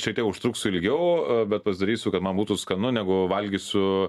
šiek tiek užtruksiu ilgiau bet pasidarysiu kad man būtų skanu negu valgysiu